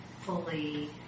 fully